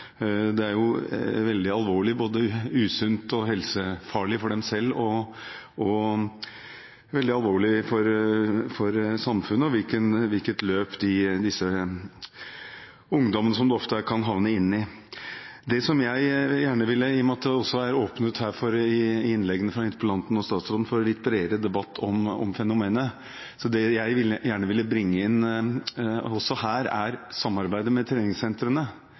Det er veldig alvorlig – det er både usunt og helsefarlig for dem selv og veldig alvorlig for samfunnet, dette løpet disse ungdommene, som det ofte er, kan havne i. Det jeg gjerne vil bringe inn også her, i og med at det i innleggene fra interpellanten og statsråden er åpnet for en litt bredere debatt om fenomenet, er samarbeidet med treningssentrene. Arenaen for denne typen kontakt, omsetning og den slags, vil ofte være treningssentrene.